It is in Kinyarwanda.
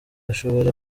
ashobora